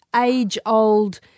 age-old